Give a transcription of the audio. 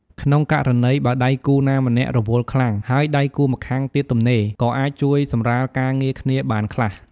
ក្នុងករណីបើដៃគូណាម្នាក់រវល់ខ្លាំង ហើយដៃគូម្ខាងទៀតទំនេរ ក៏អាចជួយសម្រាលការងារគ្នាបានខ្លះ។